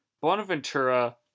Bonaventura